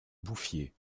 bouffier